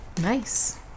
nice